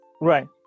Right